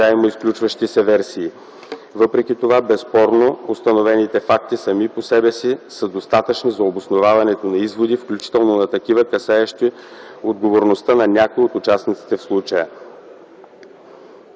Въпреки това, безспорно установените факти сами по себе си са достатъчни за обосноваването на изводи, включително на такива, касаещи отговорността на някои от участниците в случая.